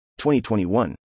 2021